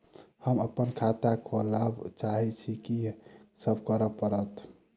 हम अप्पन खाता खोलब चाहै छी की सब करऽ पड़त?